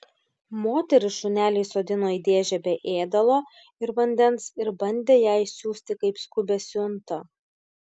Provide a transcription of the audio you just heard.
moteris šunelį įsodino į dėžę be ėdalo ir vandens ir bandė ją išsiųsti kaip skubią siuntą